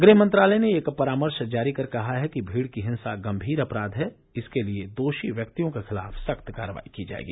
गृह मंत्रालय ने एक परामर्श जारी कर कहा है कि भीड़ की हिंसा गंभीर अपराध है इसके लिए दोषी व्यक्तियों के खिलाफ सख्त कार्रवाई की जाएगी